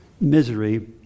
misery